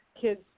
kids